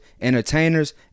entertainers